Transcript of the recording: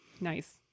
Nice